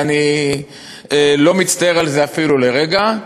ואני לא מצטער על זה אפילו לרגע.